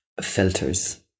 filters